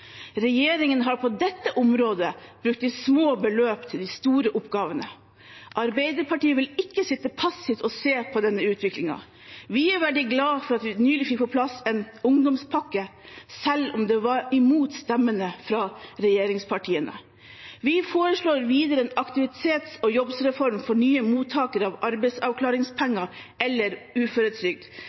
Regjeringen har på dette området brukt små beløp til de store oppgavene. Arbeiderpartiet vil ikke sitte passivt å se på denne utviklinga. Vi er veldig glad for at vi nylig fikk på plass en ungdomspakke – selv om det var mot stemmene fra regjeringspartiene. Vi foreslår videre en aktivitets- og jobbreform for nye mottakere av arbeidsavklaringspenger eller uføretrygd.